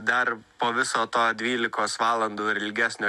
dar po viso to dvylikos valandų ir ilgesnio